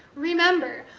remember,